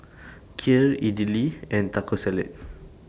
Kheer Idili and Taco Salad